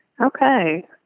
Okay